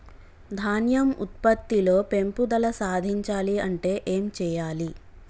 ధాన్యం ఉత్పత్తి లో పెంపుదల సాధించాలి అంటే ఏం చెయ్యాలి?